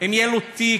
אם יהיה לו תיק,